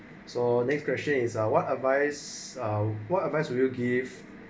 so next question is what advice ah what advice would you give